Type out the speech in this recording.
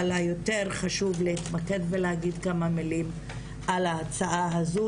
אבל יותר חשוב לי להתמקד בלהגיד כמה מילים על ההצעה הזו,